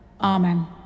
Amen